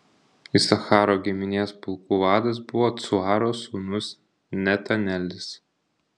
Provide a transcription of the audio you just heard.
isacharo giminės pulkų vadas buvo cuaro sūnus netanelis